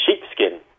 sheepskin